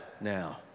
now